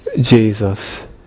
Jesus